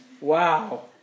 Wow